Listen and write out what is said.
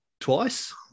twice